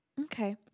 Okay